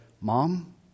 Mom